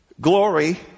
glory